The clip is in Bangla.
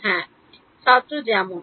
হ্যাঁ ছাত্র যেমন